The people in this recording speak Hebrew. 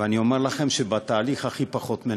ואני אומר לכם, שבתהליך הכי פחות מנוהל.